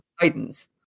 Titans